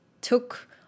took